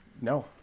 no